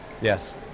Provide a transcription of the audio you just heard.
yes